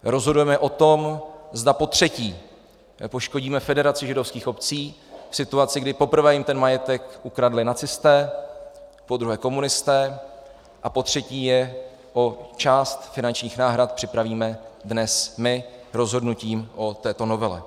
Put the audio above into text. Rozhodujeme o tom, zda potřetí poškodíme Federaci židovských obcí v situaci, kdy poprvé jim ten majetek ukradli nacisté, podruhé komunisté a potřetí je o část finančních náhrad připravíme dnes my rozhodnutím o této novele.